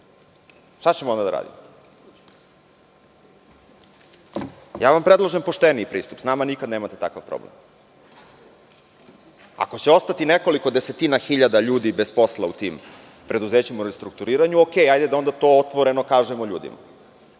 šta ćemo onda da radimo? Predlažem vam pošteniji pristup, s nama nikada nemate takav problem. Ako će ostati nekoliko desetina hiljada ljudi bez posla u tim preduzećima u restrukturiranju, hajde da to otvoreno kažemo ljudima.